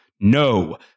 no